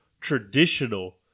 traditional